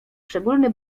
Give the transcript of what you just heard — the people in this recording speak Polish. szczególny